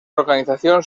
organización